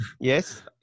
Yes